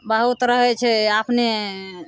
बहुत रहै छै अपने